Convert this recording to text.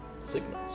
Signals